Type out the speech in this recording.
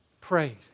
prayed